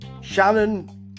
Shannon